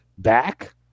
Back